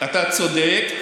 אתה צודק,